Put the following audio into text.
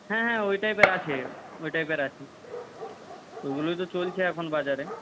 হ্যাঁ ওই টাইপের আছে ওই টাইপের আছে ওইগুলোই তো চলছে এখন বাজারে